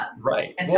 Right